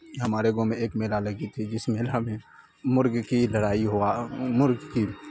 ہمارے گاؤں میں ایک میلہ لگی تھی جس میلہ میں مرغ کی لڑائی ہوا مرغ کی